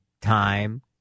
time